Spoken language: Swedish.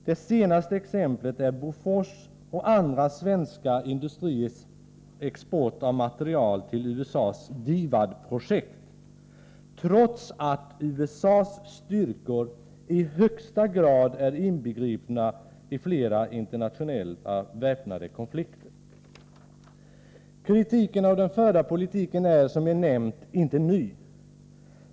Det senaste exemplet på detta är Bofors och andra svenska industriers export av materiel till USA:s DIVAD-projekt — trots att USA:s styrkor i högsta grad är inbegripna i flera internationella väpnade konflikter. Kritiken av den förda politiken är, som jag nämnt, inte ny.